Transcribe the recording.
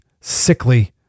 sickly